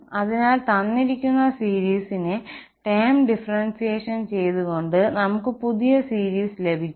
അതിനാൽ തന്നിരിക്കുന്ന സീരിസിനെ ടേം ഡിഫറൻഷ്യേഷൻ ചെയ്തുകൊണ്ട് നമുക്ക് പുതിയ സീരീസ് കിട്ടും